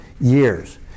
years